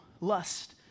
lust